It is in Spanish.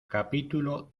capítulo